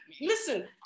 listen